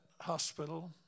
hospital